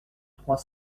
trois